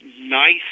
nice